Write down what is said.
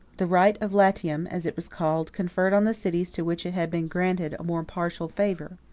the right of latium, as it was called, conferred on the cities to which it had been granted, a more partial favor.